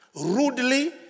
rudely